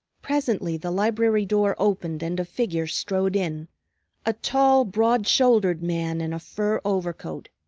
presently the library door opened and a figure strode in a tall, broad-shouldered man in a fur overcoat.